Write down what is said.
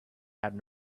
had